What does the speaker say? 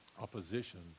opposition